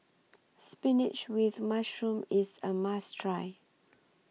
Spinach with Mushroom IS A must Try